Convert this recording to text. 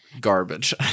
garbage